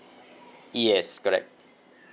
yes correct